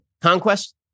conquest